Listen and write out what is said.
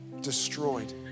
destroyed